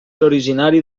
originari